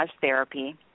Therapy